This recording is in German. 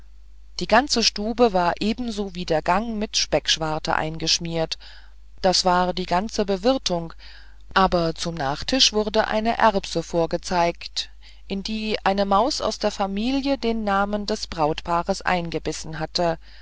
die ganze stube war ebenso wie der gang mit speckschwarten eingeschmiert das war die ganze bewirtung aber zum nachtisch wurde eine erbse vorgezeigt in die eine maus aus der familie den namen des brautpaares eingebissen hatte